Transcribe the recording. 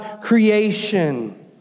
creation